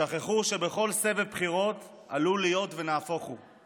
שכחו שבכל סבב בחירות עלול להיות ונהפוך הוא,